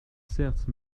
certes